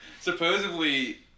supposedly